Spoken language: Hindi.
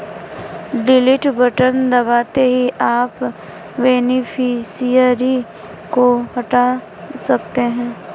डिलीट बटन दबाते ही आप बेनिफिशियरी को हटा सकते है